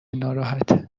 ناراحته